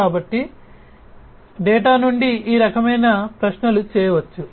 కాబట్టి డేటా నుండి ఈ రకమైన ప్రశ్నలు చేయవచ్చు